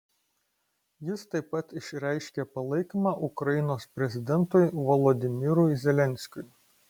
jis taip pat išreiškė palaikymą ukrainos prezidentui volodymyrui zelenskiui